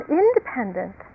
independent